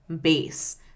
base